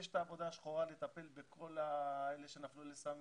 לי יש את העבודה השחורה לטפל בכל אלה שנפלו לסמים,